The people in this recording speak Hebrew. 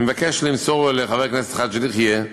אני מבקש למסור לחבר הכנסת חאג' יחיא: